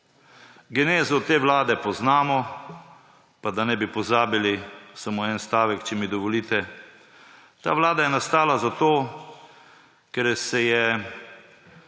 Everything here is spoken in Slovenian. Genezo te vlade poznamo, pa da ne bi pozabili samo en stavek, če mi dovolite, ta vlada je nastala zato, ker se je